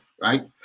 right